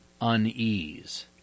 unease